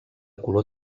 color